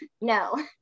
no